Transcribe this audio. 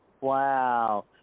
Wow